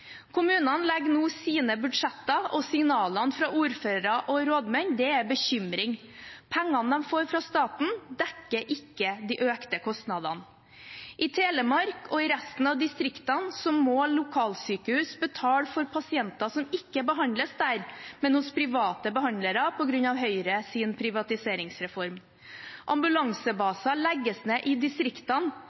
Kommunene legger nå sine budsjetter, og signalet fra ordførere og rådmenn er bekymring. Pengene de får fra staten, dekker ikke de økte kostnadene. I Telemark og i resten av distriktene må lokalsykehus betale for pasienter som ikke behandles der, men hos private behandlere, på grunn av Høyres privatiseringsreform. Ambulansebaser legges ned i distriktene.